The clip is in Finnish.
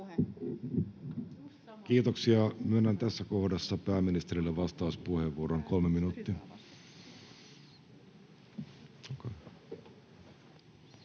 Kiitoksia. — Myönnän tässä kohdassa pääministerille vastauspuheenvuoron, kolme minuuttia.